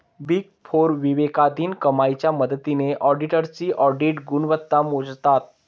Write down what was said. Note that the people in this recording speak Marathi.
बिग फोर विवेकाधीन कमाईच्या मदतीने ऑडिटर्सची ऑडिट गुणवत्ता मोजतात